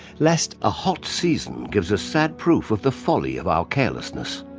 lest a hot season gives a sad proof of the folly of our carelessness.